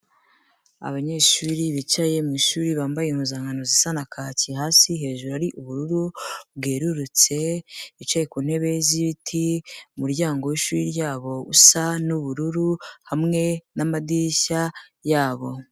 Abanyeshuri bicaye mwi ishuri, bambaye impuzankano zisa na kaki hasi hejuru ari ubururu bwerurutse, bicaye ku ntebe z'ibiti, umuryango w'ishuri ryabo usa n'ubururu, hamwe n'amadirishya yabo.